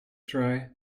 try